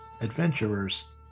adventurers